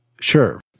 Sure